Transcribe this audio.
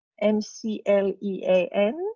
M-C-L-E-A-N